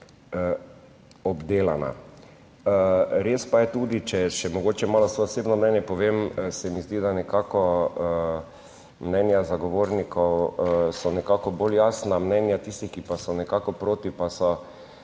obdelana. Res pa je tudi, če še mogoče malo svoje osebno mnenje povem, se mi zdi, da nekako mnenja zagovornikov so nekako bolj jasna. Mnenja tistih, ki pa so nekako proti, pa so